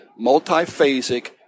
Multiphasic